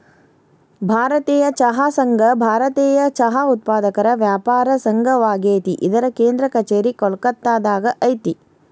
ಭಾರತೇಯ ಚಹಾ ಸಂಘ ಭಾರತೇಯ ಚಹಾ ಉತ್ಪಾದಕರ ವ್ಯಾಪಾರ ಸಂಘವಾಗೇತಿ ಇದರ ಕೇಂದ್ರ ಕಛೇರಿ ಕೋಲ್ಕತ್ತಾದಾಗ ಐತಿ